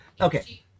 Okay